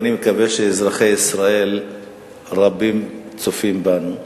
ואני מקווה שאזרחי ישראל רבים צופים בנו.